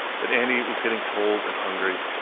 but andy was getting cold and hungry.